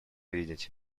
видеть